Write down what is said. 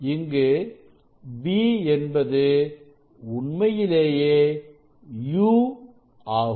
இங்கு v என்பது உண்மையிலேயே u ஆகும்